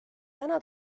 täna